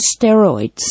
steroids